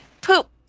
poop